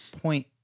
point